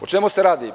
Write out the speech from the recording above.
O čemu se radi?